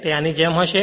તે આની જેમ જ હશે